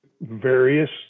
various